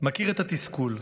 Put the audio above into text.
מכיר את התסכול.